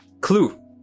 Clue